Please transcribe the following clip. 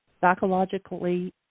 psychologically